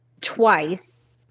twice